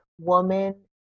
woman